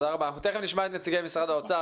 אנחנו תכף נשמע את נציגי משרד האוצר